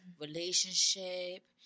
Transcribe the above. relationship